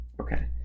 Okay